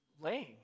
laying